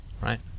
right